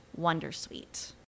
Wondersuite